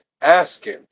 asking